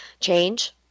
change